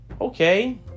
Okay